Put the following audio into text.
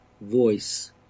voice